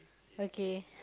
okay